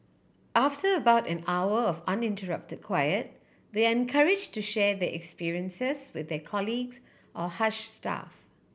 after about an hour of uninterrupted quiet they are encourage to share their experiences with their colleagues or hush staff